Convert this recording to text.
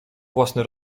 własny